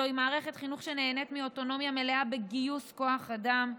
זוהי מערכת חינוך שנהנית מאוטונומיה מלאה בגיוס כוח אדם,